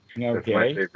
okay